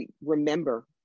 remember